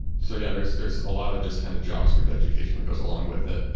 so yeah, there's there's a lot of just kind of javascript education that goes along with it,